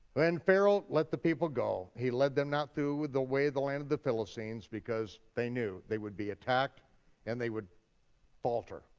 when pharaoh let the people go, he led them not through the way the land of the philistines, because they knew they would be attacked and they would falter.